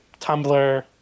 Tumblr